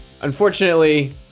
unfortunately